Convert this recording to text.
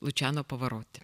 lučiano pavaroti